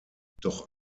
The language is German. doch